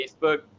Facebook